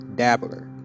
dabbler